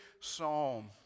Psalm